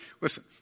listen